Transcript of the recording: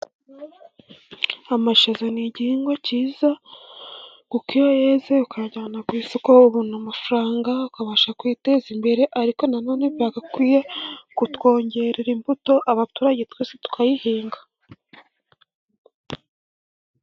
Amashaza ni igihingwa cyiza, kuko iyo yeze ukayajyana ku isoko ubona amafaranga, ukabasha kwiteza imbere ariko nanone byagakwiye kutwongerera imbuto, abaturage twese tukayihinga.